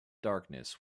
darkness